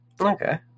Okay